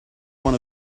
one